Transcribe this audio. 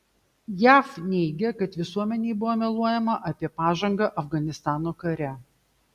jav neigia kad visuomenei buvo meluojama apie pažangą afganistano kare